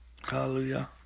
Hallelujah